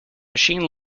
machine